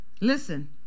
Listen